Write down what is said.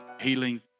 healing